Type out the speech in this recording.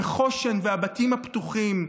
חוש"ן והבתים הפתוחים,